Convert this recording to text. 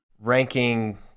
Ranking